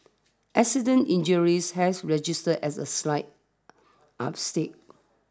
accident injuries has registered a slight up stick